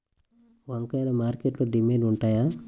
వంకాయలు మార్కెట్లో డిమాండ్ ఉంటాయా?